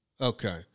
Okay